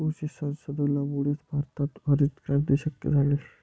कृषी संशोधनामुळेच भारतात हरितक्रांती शक्य झाली